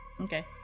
Okay